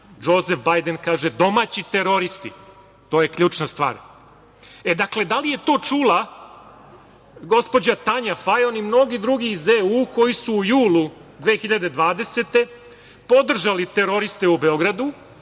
Džozef Bajden, domaći teroristi, to je ključna stvar. Dakle, da li je to čula gospođa Tanja Fajon, i mnogi drugi iz EU, koji su u julu 2020. godine podržali teroriste u Beogradu